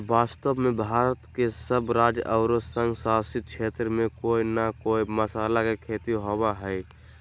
वास्तव में भारत के सब राज्य आरो संघ शासित क्षेत्र में कोय न कोय मसाला के खेती होवअ हई